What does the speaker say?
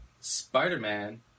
Spider-Man